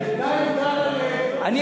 בינתיים הגעת לשלמות גדולה, לאהבת תורה.